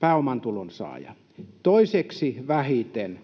pääomatulon saaja, toiseksi vähiten